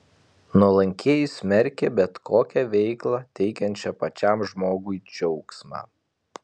nuolankieji smerkė bet kokią veiklą teikiančią pačiam žmogui džiaugsmą